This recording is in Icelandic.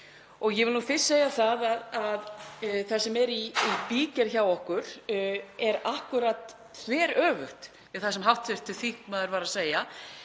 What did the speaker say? Ég vil fyrst segja að það sem er í bígerð hjá okkur er akkúrat þveröfugt við það sem hv. þingmaður var að segja.